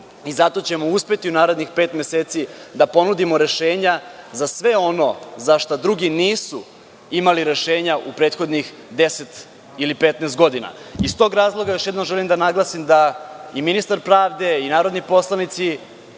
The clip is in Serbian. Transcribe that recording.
Zato ćemo uspeti u narednih pet meseci da ponudimo rešenja za sve ono za šta drugi nisu imali rešenja u prethodnih 10 ili 15 godina. Iz tog razloga još jednom želim da naglasim da su i ministar pravde i narodni poslanici